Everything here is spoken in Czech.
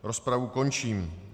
Rozpravu končím.